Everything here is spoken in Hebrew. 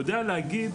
יודע להגיד,